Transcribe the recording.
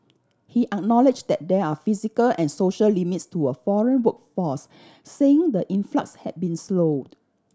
he acknowledged that there are physical and social limits to a foreign workforce saying the influx had been slowed